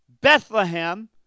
Bethlehem